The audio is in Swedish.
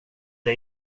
det